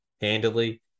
handily